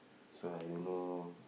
so I don't know